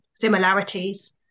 similarities